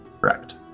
Correct